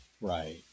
Right